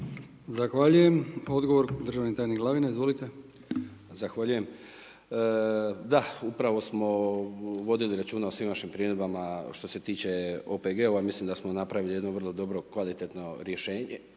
Zahvaljujem, odgovor državni tajnik Glavina, izvolite. **Glavina, Tonči** Zahvaljujem. Da, upravo smo vodili računa os svim vašim primjedbama što se tiče OPG-ova, mislim da smo napravili jednu vrlo dobro kvalitetno rješenje.